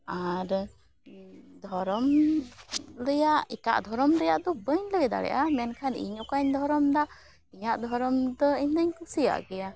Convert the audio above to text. ᱟᱨ ᱫᱷᱚᱨᱚᱢ ᱨᱮᱭᱟᱜ ᱮᱴᱟᱜ ᱫᱷᱚᱨᱚᱢ ᱨᱮᱭᱟᱜᱫᱚ ᱵᱟᱹᱧ ᱞᱟᱹᱭ ᱫᱟᱲᱮᱜᱼᱟ ᱢᱮᱱᱠᱷᱟᱱ ᱤᱧ ᱚᱠᱟᱧ ᱫᱷᱚᱨᱚᱢᱫᱟ ᱤᱧᱟᱜ ᱫᱷᱚᱨᱚᱢ ᱫᱚ ᱤᱧᱫᱚᱧ ᱠᱩᱥᱤᱭᱟᱜ ᱜᱮᱭᱟ